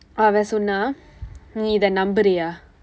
அவன் சொன்னான் நீ இதை நம்புகிறாயா:avan sonnaan nii ithai nampukiraayaa